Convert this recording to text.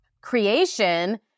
creation